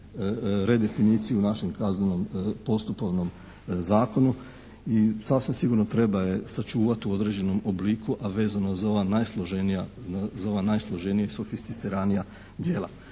redefiniciju u našem Kaznenom postupovnom zakonu i sasvim sigurno treba je sačuvati u određenom obliku a vezano za ova najsloženija sofisticiranija djela.